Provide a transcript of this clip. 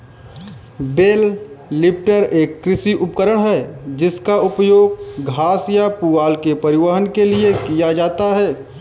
bell lifter एक कृषि उपकरण है जिसका उपयोग घास या पुआल के परिवहन के लिए किया जाता है